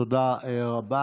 תודה רבה.